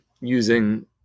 using